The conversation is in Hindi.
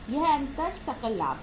यह अंतर सकल लाभ है